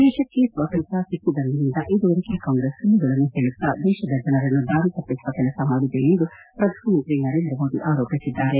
ದೇಶಕ್ಕೆ ಸ್ವಾತಂತ್ರ್ಯ ಸಿಕ್ಕಿದಂದಿನಿಂದ ಇದುವರೆಗೆ ಕಾಂಗ್ರೆಸ್ ಸುಳ್ಳುಗಳನ್ನು ಹೇಳುತ್ತಾ ದೇಶದ ಜನರನ್ನು ದಾರಿ ತಪ್ಪಿಸುವ ಕೆಲಸ ಮಾಡಿದೆ ಎಂದು ಪ್ರಧಾನಮಂತ್ರಿ ನರೇಂದ್ರ ಮೋದಿ ಆರೋಪಿಸಿದ್ದಾರೆ